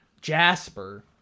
Jasper